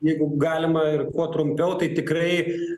jeigu galima ir kuo trumpiau tai tikrai